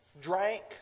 drank